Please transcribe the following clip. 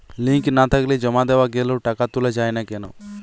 Link না থাকলে জমা দেওয়া গেলেও টাকা তোলা য়ায় না কেন?